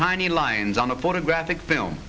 tiny lines on a photographic film